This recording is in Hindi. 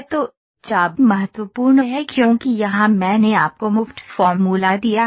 तो चाप महत्वपूर्ण है क्योंकि यहाँ मैंने आपको मुफ्त फॉर्मूला दिया है